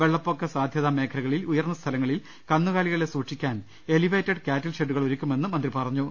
വെള്ളപ്പൊക്ക സാധ്യത മേഖലകളിൽ ഉയർന്ന സ്ഥലങ്ങളിൽ കന്നുകാലികളെ സൂക്ഷിക്കാൻ എലിവേറ്റഡ് കാറ്റിൽ ഷെഡുകൾ ഒരു ക്കുമെന്നും മന്ത്രി പറഞ്ഞു